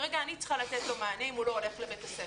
כרגע אני צריכה לתת לו מענה אם הוא לא הולך לבית הספר.